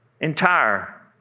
entire